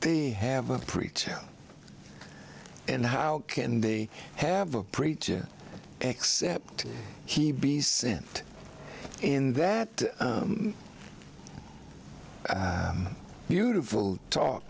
they have a preacher and how can they have a preacher except he be sent in that beautiful talk